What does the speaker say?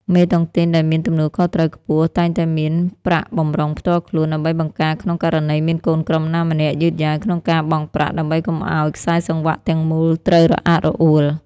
មេតុងទីនដែលមានទំនួលខុសត្រូវខ្ពស់ តែងតែមាន "ប្រាក់បម្រុងផ្ទាល់ខ្លួន" ដើម្បីបង្ការក្នុងករណីមានកូនក្រុមណាម្នាក់យឺតយ៉ាវក្នុងការបង់ប្រាក់ ដើម្បីកុំឱ្យខ្សែសង្វាក់ទាំងមូលត្រូវរអាក់រអួល។